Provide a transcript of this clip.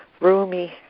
roomy